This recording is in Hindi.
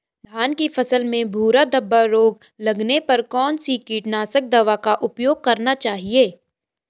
धान की फसल में भूरा धब्बा रोग लगने पर कौन सी कीटनाशक दवा का उपयोग करना चाहिए?